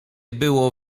było